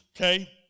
Okay